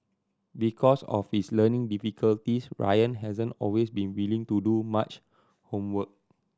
because of his learning difficulties Ryan hasn't always been willing to do much homework